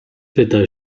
pyta